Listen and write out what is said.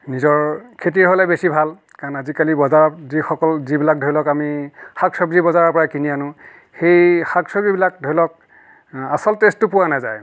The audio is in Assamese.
নিজৰ খেতিৰ হ'লে বেছি ভাল কাৰণ আজিকালিৰ বজাৰত যিসকল যিবিলাক ধৰি লওক আমি শাক চব্জি বজাৰৰপৰা কিনি আনো সেই শাক চব্জিবিলাক ধৰি লওক আচল টেষ্টটো পোৱা নাযায়